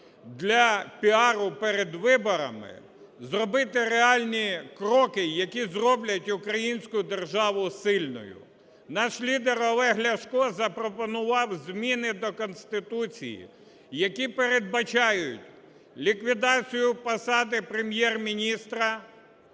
для піару перед виборами, зробити реальні кроки, які зроблять українську державу сильною. Наш лідер Олег Ляшко запропонував зміни до Конституції, які передбачають ліквідацію посади Прем’єр-міністра,